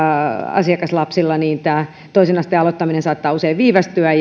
asiakaslapsilla toisen asteen aloittaminen saattaa usein viivästyä